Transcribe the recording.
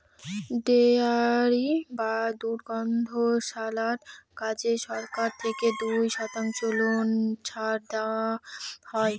dairy বা দুগ্ধশালার কাজে সরকার থেকে দুই শতাংশ লোন ছাড় দেওয়া হয়